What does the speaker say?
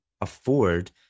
afford